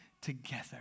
together